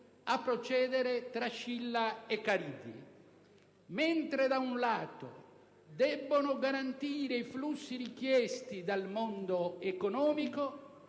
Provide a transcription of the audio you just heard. a procedere tra Scilla e Cariddi: mentre da un lato debbono garantire i flussi richiesti dal mondo economico,